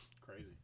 crazy